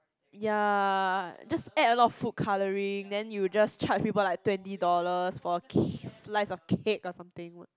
ya just add a lot of food colouring then you just charged people like twenty dollars for a ca~ slice of cake or something